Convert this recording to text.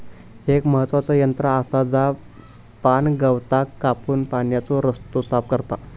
एक महत्त्वाचा यंत्र आसा जा पाणगवताक कापून पाण्याचो रस्तो साफ करता